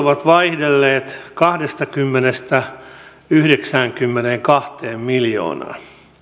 ovat vaihdelleet kahdestakymmenestä yhdeksäänkymmeneenkahteen miljoonaan